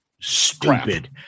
stupid